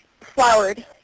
Flowered